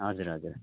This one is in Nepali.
हजुर हजुर